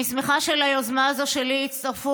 אני שמחה שליוזמה הזאת שלי הצטרפו